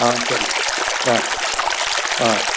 ஆ சரி ஆ ஆ